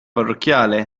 parrocchiale